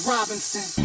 Robinson